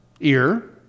ear